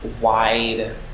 wide